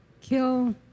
kill